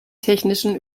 technischen